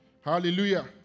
Hallelujah